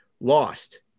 Lost